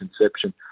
inception